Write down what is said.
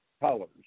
colors